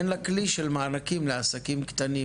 מדוע אין לה כלי של מענקים לעסקים קטנים?